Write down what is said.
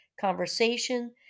conversation